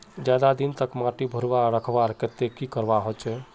ज्यादा दिन तक माटी भुर्भुरा रखवार केते की करवा होचए?